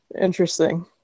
interesting